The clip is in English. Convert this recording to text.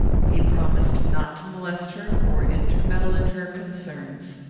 he promised not to molest her, or intermeddle in her concerns.